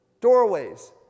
doorways